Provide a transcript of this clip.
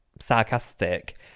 sarcastic